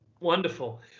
Wonderful